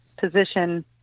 position